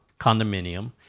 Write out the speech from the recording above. condominium